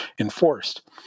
enforced